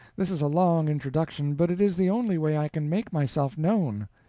this is a long introduction but it is the only way i can make myself known.